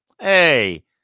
Hey